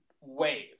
wave